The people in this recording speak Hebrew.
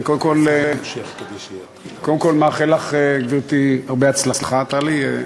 קודם כול, אני מאחל לך, גברתי, הרבה הצלחה, טלי.